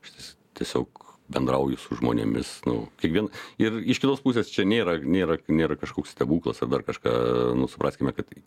šitas tiesiog bendrauju su žmonėmis nu kiekvieną ir iš kitos pusės čia nėra nėra nėra kažkoks stebuklas ar dar kažką nu supraskime kad